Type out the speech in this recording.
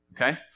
Okay